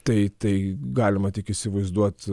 tai galima tik įsivaizduot